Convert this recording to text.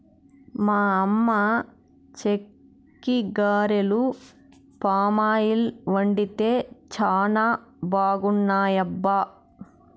మా అమ్మ చెక్కిగారెలు పామాయిల్ వండితే చానా బాగున్నాయబ్బా